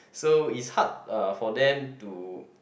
so it's hard uh for them to